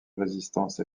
résistance